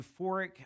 euphoric